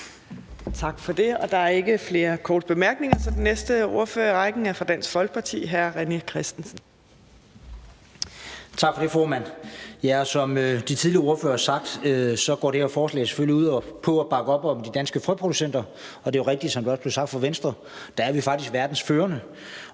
Tak for det. Der er ikke flere korte bemærkninger, så den næste ordfører i rækken er fra Dansk Folkeparti, og det er hr. René Christensen. Kl. 14:44 (Ordfører) René Christensen (DF): Tak for det, formand. Som de tidligere ordførere har sagt, går det her forslag selvfølgelig ud på at bakke op om de danske frøproducenter, og det er jo rigtigt, som det også blev sagt af Venstres ordfører, at der er vi faktisk verdensførende,